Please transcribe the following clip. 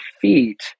feet